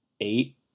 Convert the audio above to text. eight